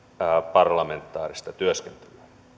parlamentaarista työskentelyä